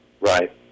Right